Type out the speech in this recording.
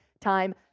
time